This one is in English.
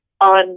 on